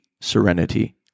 serenity